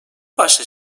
başa